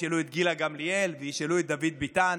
ישאלו את גילה גמליאל וישאלו את דוד ביטן